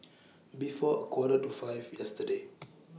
before A Quarter to five yesterday